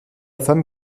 femme